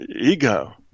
ego